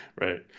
Right